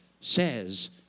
says